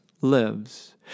lives